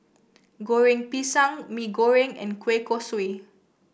Goreng Pisang Mee Goreng and Kueh Kosui